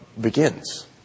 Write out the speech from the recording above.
begins